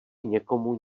někomu